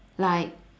like